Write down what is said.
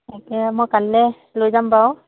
তাকে মই কাইলৈ লৈ যাম বাৰু